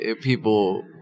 people